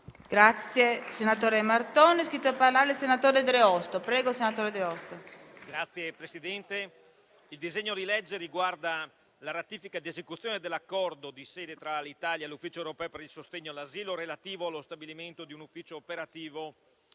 il disegno di legge riguarda la ratifica di esecuzione dell'Accordo di sede tra l'Italia e l'Ufficio europeo per il sostegno all'asilo relativo allo stabilimento di un ufficio operativo